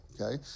Okay